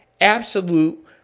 absolute